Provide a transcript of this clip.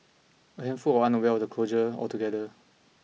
a handful were unaware of the closure altogether